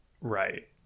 right